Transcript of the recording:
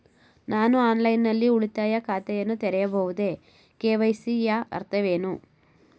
ನಾನು ಆನ್ಲೈನ್ ನಲ್ಲಿ ಉಳಿತಾಯ ಖಾತೆಯನ್ನು ತೆರೆಯಬಹುದೇ? ಕೆ.ವೈ.ಸಿ ಯ ಅರ್ಥವೇನು?